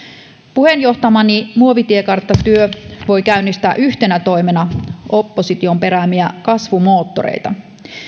puheenjohtamani muovitiekarttatyö voi käynnistää yhtenä toimena opposition peräämiä kasvumoottoreita